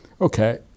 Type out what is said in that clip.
Okay